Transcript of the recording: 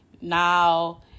now